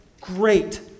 great